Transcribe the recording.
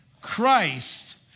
Christ